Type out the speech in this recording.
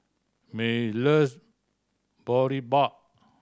May loves Boribap